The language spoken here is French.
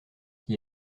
qui